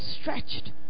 stretched